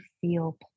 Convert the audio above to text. feel